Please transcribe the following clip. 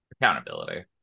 Accountability